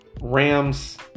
Rams